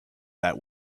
that